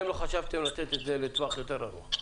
את לא חושבים שאפשר לתת את זה לטווח ארוך יותר?